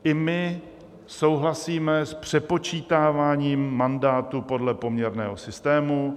I my souhlasíme s přepočítáváním mandátů podle poměrného systému.